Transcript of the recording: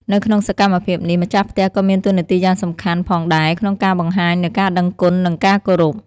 នៅក្នុងសកម្មភាពនេះ ម្ចាស់ផ្ទះក៏មានតួនាទីយ៉ាងសំខាន់ផងដែរក្នុងការបង្ហាញនូវការដឹងគុណនិងការគោរព។